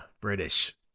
British